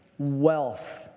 Wealth